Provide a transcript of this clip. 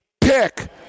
pick